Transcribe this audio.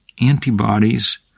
antibodies